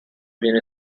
viene